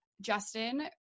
Justin